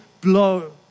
blow